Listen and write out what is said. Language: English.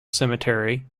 cemetery